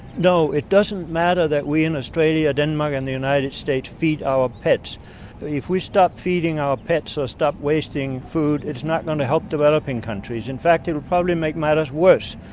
no, it doesn't matter that we in australia, denmark and the united states feed our pets if we stop feeding our pets or stop wasting food it's not going to help developing countries. in fact, it will probably make matters worse,